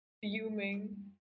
fuming